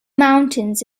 mountains